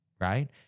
right